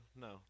no